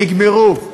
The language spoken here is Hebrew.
נגמרו.